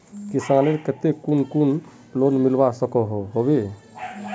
किसानेर केते कुन कुन लोन मिलवा सकोहो होबे?